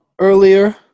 earlier